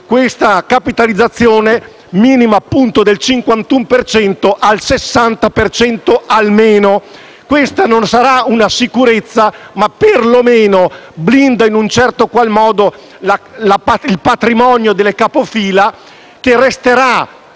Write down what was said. la capitalizzazione minima del 51 per cento ad almeno il 60 per cento. Questa non sarà una sicurezza, ma perlomeno blinda, in un certo qual modo, il patrimonio delle capofila, che resterà